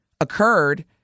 occurred